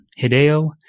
Hideo